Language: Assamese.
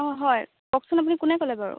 অঁ হয় কওঁকচোন আপুনি কোনে ক'লে বাৰু